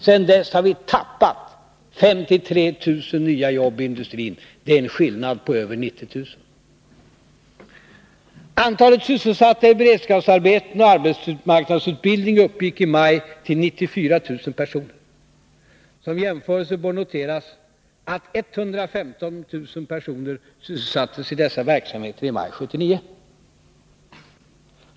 Sedan dess har vi tappat 53 000 nya jobb i industrin. Det är en skillnad på över 90 000. Antalet sysselsatta i beredskapsarbeten och arbetsmarknadsutbildning uppgick i maj till 94 000 personer. Som jämförelse bör noteras att 115 000 personer sysselsattes i dessa verksamheter i maj 1979.